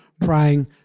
praying